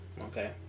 okay